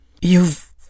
You've